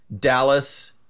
Dallas